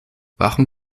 warum